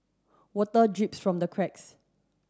water drips from the cracks